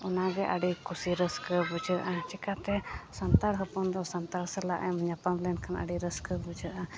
ᱚᱱᱟᱜᱮ ᱟᱹᱰᱤ ᱠᱩᱥᱤ ᱨᱟᱹᱥᱠᱟᱹ ᱵᱩᱡᱷᱟᱹᱜᱼᱟ ᱪᱤᱠᱟᱹᱛᱮ ᱥᱟᱱᱛᱟᱲ ᱦᱚᱯᱚᱱᱫᱚ ᱥᱟᱱᱛᱟᱲ ᱥᱟᱞᱟᱜ ᱮᱢ ᱧᱟᱯᱟᱢ ᱞᱮᱱᱠᱷᱟᱱ ᱟᱹᱰᱤ ᱨᱟᱹᱥᱠᱟᱹ ᱵᱩᱡᱷᱟᱹᱜᱼᱟ